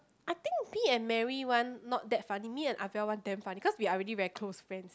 I think me and Mary one not that funny me and Ah Val one damn funny cause we are really very close friends